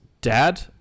dad